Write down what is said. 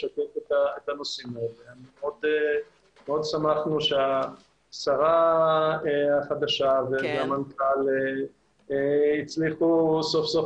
מאוד שמחנו שהשרה החדשה והמנכ"ל הצליחו סוף סוף